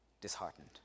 disheartened